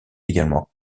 également